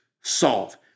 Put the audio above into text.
solve